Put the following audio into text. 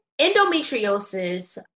endometriosis